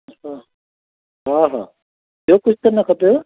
अच्छा हा हा ॿियो कुझु त न खपेव